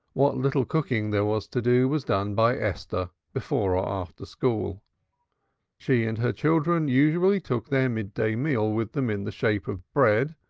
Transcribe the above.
what little cooking there was to do was done by esther before or after school she and her children usually took their mid-day meal with them in the shape of bread,